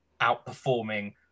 outperforming